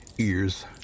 ears